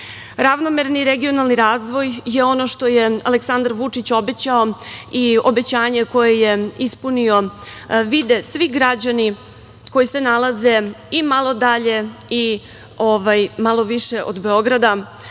mesta. Ravnomerni i regionalni razvoj je ono što je Aleksandar Vučić obećao i obećanje koje je ispunio vide svi građani koji se nalaze i malo dalje i malo više od Beograda